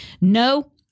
no